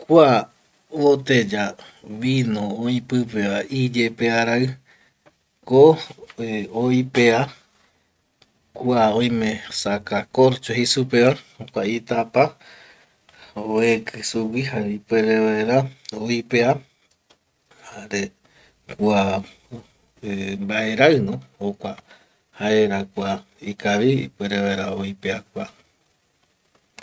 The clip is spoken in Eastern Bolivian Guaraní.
Kua voteya vino oi pipeva iyepearaiko oipea kua oime saca korcho jei supeva jokua itapa oeki sugui jare ipuere vaera oipea jare kua eh mbaeraino jaera kua ikavi ipuere vaera oipea kua